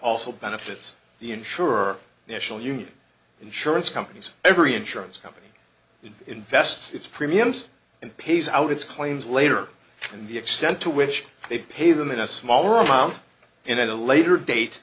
also benefits the insurer national union insurance companies every insurance company it invests its premiums and pays out its claims later in the extent to which they pay them in a smaller amount in a later date